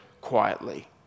quietly